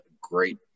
great